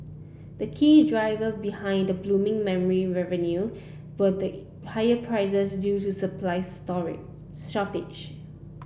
the key driver behind the blooming memory revenue were the higher prices due to supply story shortage